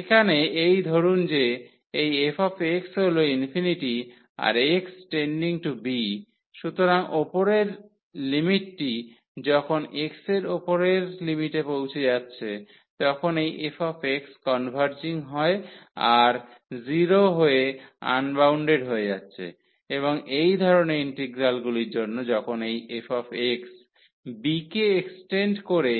এখানে এই ধরুন যে এই f হল আর x টেন্ডিং টু b সুতরাং উপরের লিনমিটটি যখন x এর উপরের লিমিটে পৌঁছে যাচ্ছে তখন এই fx কনভার্জিং হয়ে আর 0 হয়ে আনবাউন্ডেড হয়ে যাচ্ছে এবং এই ধরণের ইন্টিগ্রালগুলির জন্য যখন এই fx b কে এক্সটেন্ড করে